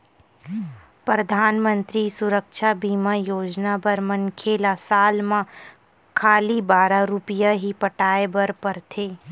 परधानमंतरी सुरक्छा बीमा योजना बर मनखे ल साल म खाली बारह रूपिया ही पटाए बर परथे